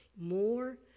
More